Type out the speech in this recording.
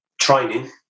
training